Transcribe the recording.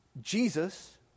Jesus